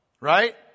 right